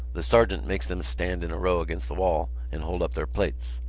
the sergeant makes them stand in a row against the wall and hold up their plates.